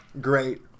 Great